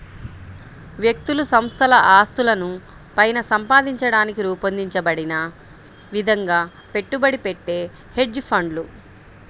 వ్యక్తులు సంస్థల ఆస్తులను పైన సంపాదించడానికి రూపొందించబడిన విధంగా పెట్టుబడి పెట్టే హెడ్జ్ ఫండ్లు